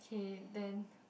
K then